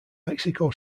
mexico